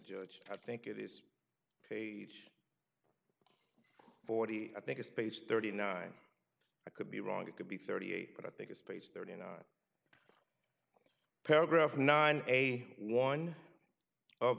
judge i think it is page forty i think it's page thirty nine i could be wrong it could be thirty eight but i think it's page thirty paragraph nine a one of